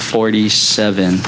forty seven